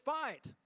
fight